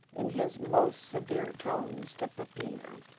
in his most severe tones to peppina.